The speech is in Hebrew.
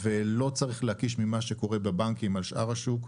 לא צריך להקיש ממה שקורה בבנקים על שאר השוק.